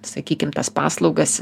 sakykim tas paslaugas